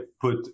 put